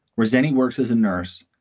rossini works as a nurse.